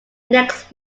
next